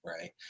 right